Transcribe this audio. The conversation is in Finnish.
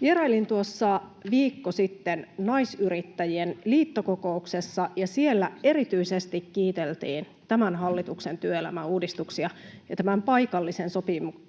Vierailin tuossa viikko sitten naisyrittäjien liittokokouksessa, ja siellä erityisesti kiiteltiin tämän hallituksen työelämäuudistuksia ja paikallisen sopimisen